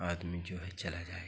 आदमी जो है चला जाएगा